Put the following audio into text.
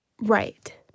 Right